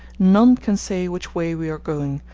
none can say which way we are going,